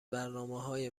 برنامههای